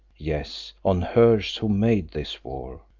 yes, on hers who made this war.